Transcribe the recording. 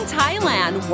Thailand